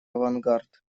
авангард